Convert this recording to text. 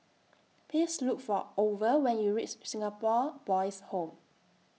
Please Look For Orval when YOU REACH Singapore Boys' Home